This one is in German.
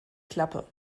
klappe